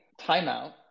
timeout